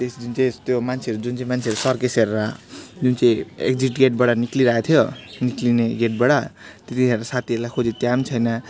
त्यस जुन चाहिँ त्यो मान्छेहरू जुन चाहिँ मान्छेहरू सर्कस हेरेर जुन चाहिँ एक्जिट गेटबाट निक्लिरहेको थियो निक्लिने गेटबाट त्यतिखेर साथीहरूलाई खोजेँ त्यहाँ पनि छैन